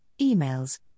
emails